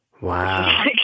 Wow